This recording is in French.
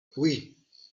oui